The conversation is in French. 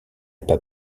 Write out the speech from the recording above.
pas